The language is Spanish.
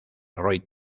roy